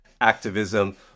activism